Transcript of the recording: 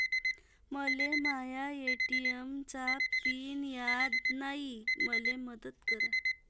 मले माया ए.टी.एम चा पिन याद नायी, मले मदत करा